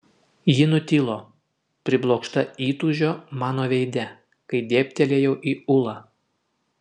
ji nutilo priblokšta įtūžio mano veide kai dėbtelėjau į ulą